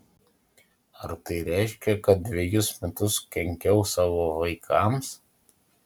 ar tai reiškia kad dvejus metus kenkiau savo vaikams